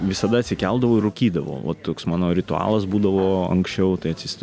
visada atsikeldavau ir rūkydavau va toks mano ritualas būdavo anksčiau tai atsi